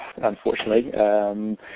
unfortunately